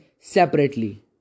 separately